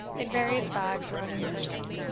in various bags around his person,